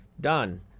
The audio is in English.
done